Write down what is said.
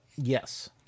Yes